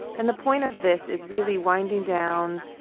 and the point of this is really winding down,